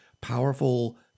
powerful